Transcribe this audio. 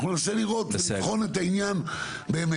אנחנו ננסה לראות ולבחון את העניין באמת,